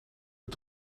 dat